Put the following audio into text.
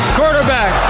quarterback